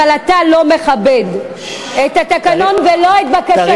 אבל אתה לא מכבד את התקנון ולא את בקשתי ולא את חברי הכנסת,